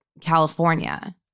California